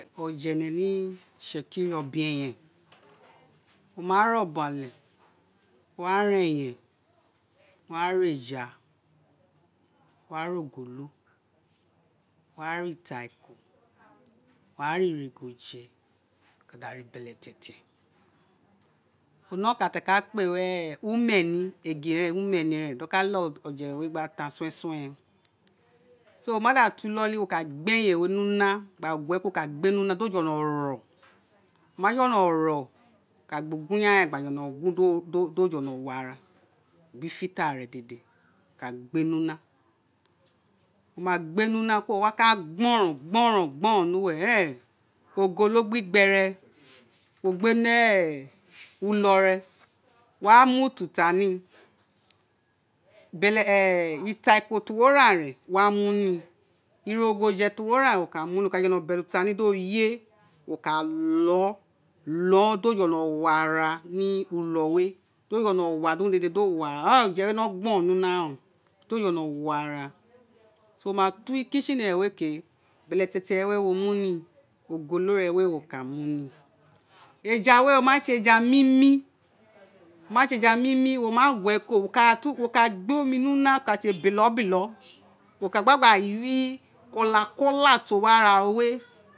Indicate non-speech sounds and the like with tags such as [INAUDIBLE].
Oje ene ni itsekiri obe eyen wo ma re obon ale wo wa re gba ra eja wa ra ogolo wo wa ka da ra beletete tie ore kan keren ti aka aka kpe wun umeni egin umeni re do lealeghe oje re we gbe ta [UNINTELLIGIBLE] wo ma da to inoli wo ka gbe eyen ni una gba gue kuro wo ka gbe mi una do jolo ro o ma jolo ro wo ka gba ugun yan gba jolo guo do jolo wa ara bi filter re dede wo ka gbe ni una wo ma gbe ni una kuri wo waka gborou ni uwe ireye ogolo gbi gbe re [NOISE] wo gbe ni [NOISE] uli re wa inu ututa ni itariko ti wo ra ren wa mu ni iri goja ti wo ra ren ka muni wo ka jolo bele ututa ni do ye loo lau ti ka jolo lo di jolo wa ra ni ulo we do jolo wa ara di urun do wa ara ira eren oje wa no gba gborou ni una re do jolo ara so wa ma to kitchen reke beletete we wo mimi ogolo re we wi ka mu mu ni eja we o ma si eja mimi oma gue kuro wo ka gbe o nu ni una oka se balo bolo wo ka gbe gba yo kula kula ti wi ara ro we